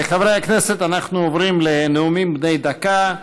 חברי הכנסת, אנחנו עוברים לנאומים בני דקה,